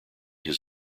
his